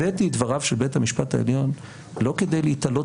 הבאתי את דבריו של בית המשפט העליון לא כדי להיתלות